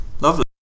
Lovely